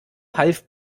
half